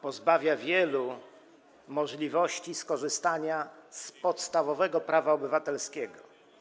Pozbawia wielu możliwości skorzystania z podstawowego prawa obywatelskiego.